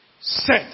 set